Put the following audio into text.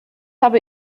habe